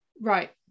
Right